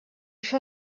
això